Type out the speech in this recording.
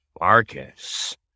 Marcus